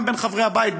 גם בין חברי הבית,